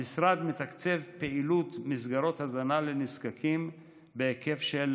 המשרד מתקצב פעילות מסגרות הזנה לנזקקים בהיקף של